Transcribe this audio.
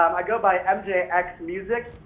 i go by mjx mjx music,